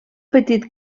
petit